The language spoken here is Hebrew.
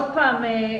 מסכימה?